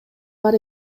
бар